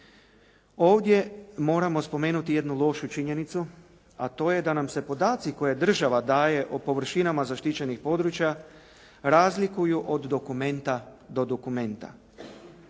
Ovdje moramo spomenuti jednu lošu činjenicu, a to je da nam se podaci koje država daje o površinama zaštićenih područja, razlikuju od dokumenta do dokumenta.